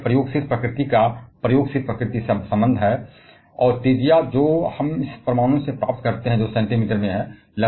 लेकिन यह अनुभवजन्य प्रकृति का अनुभवजन्य प्रकृति का संबंध है और त्रिज्या जो हम परमाणु से प्राप्त करते हैं जो सेंटीमीटर में है